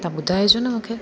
तव्हां ॿुधाएजो न मूंखे